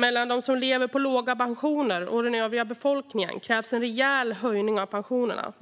mellan dem som lever på låga pensioner och den övriga befolkningen kräver en rejäl höjning av pensionerna.